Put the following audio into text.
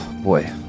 boy